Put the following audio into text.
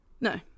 No